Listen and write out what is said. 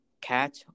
catch